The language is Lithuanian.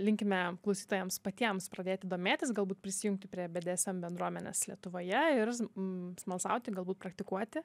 linkime klausytojams patiems pradėti domėtis galbūt prisijungti prie bdsm bendruomenės lietuvoje ir sm smalsauti galbūt praktikuoti